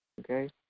okay